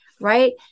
right